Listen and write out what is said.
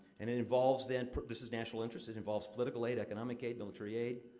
and it involves then this is national interest it involves political aid, economic aid, military aid.